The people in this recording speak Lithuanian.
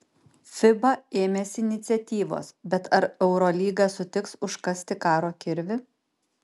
fiba ėmėsi iniciatyvos bet ar eurolyga sutiks užkasti karo kirvį